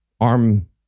arm